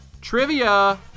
trivia